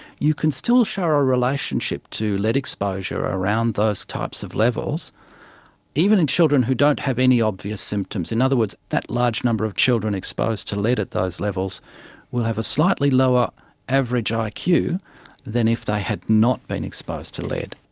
you can still show a relationship to lead exposure around those types of levels even in children who don't have any obvious symptoms. in other words, that large number of children exposed to lead at those levels will have a slightly lower average ah like iq than if they had not been exposed to lead.